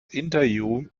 interview